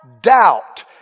doubt